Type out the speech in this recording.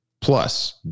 Plus